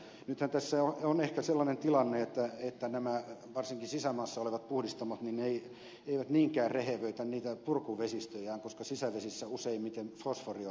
nythän tässä on ehkä sellainen tilanne että nämä varsinkin sisämaassa olevat puhdistamot eivät niinkään rehevöitä purkuvesistöjään koska sisävesissä useimmiten fosfori on rajoittava ravinne